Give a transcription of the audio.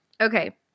Okay